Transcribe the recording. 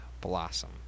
blossom